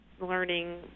learning